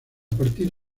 partir